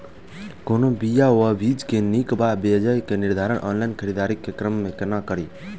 कोनों बीया वा बीज केँ नीक वा बेजाय केँ निर्धारण ऑनलाइन खरीददारी केँ क्रम मे कोना कड़ी?